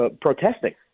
protesting